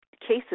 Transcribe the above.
cases